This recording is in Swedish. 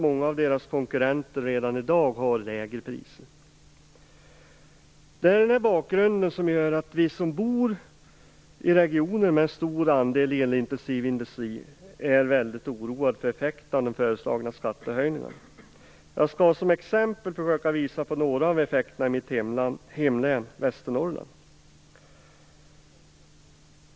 Många av konkurrenterna har redan i dag lägre priser. Denna bakgrund gör att vi som bor i regioner med stor andel elintensiv industri är väldigt oroade för effekterna av den föreslagna skattehöjningen. Jag skall som exempel nämna några av effekterna i mitt hemlän Västernorrland.